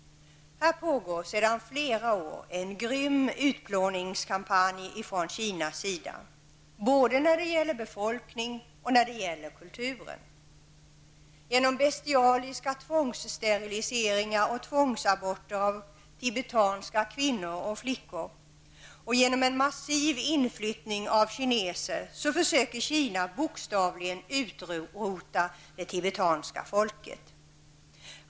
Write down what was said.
I Tibet pågår sedan flera år en grym utplåningskampanj från Kinas sida, både när det gäller befolkningen och när det gäller kulturen. Genom bestialiska tvångssteriliseringar och tvångsaborter av tibetanska kvinnor och flickor och genom en massiv inflyttning av kineser försöker Kina bokstavligen utrota det tibetanska folket.